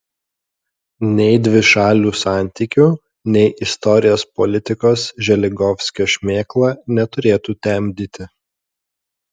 nei dvišalių santykių nei istorijos politikos želigovskio šmėkla neturėtų temdyti